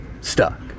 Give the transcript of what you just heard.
stuck